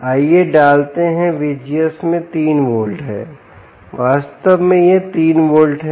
आइए डालते हैं VGS में 3 वोल्ट हैं वास्तव में यह 3 वोल्ट है